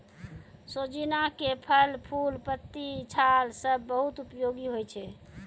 सोजीना के फल, फूल, पत्ती, छाल सब बहुत उपयोगी होय छै